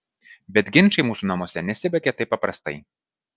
bet ginčai mūsų namuose nesibaigia taip paprastai